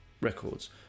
records